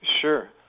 Sure